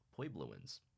Puebloans